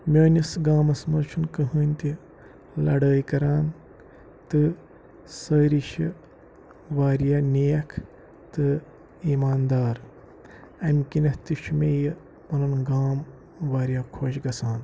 میٲنِس گامَس منٛز چھُنہٕ کٕہٕنۍ تہِ لڑٲے کران تہٕ سٲری چھِ وارِیاہ نیکھ تہٕ ایٖمان دار اَمہِ کِنٮ۪تھ تہِ چھُ مےٚ یہِ پَنُن گام وارِیاہ خۄش گژھان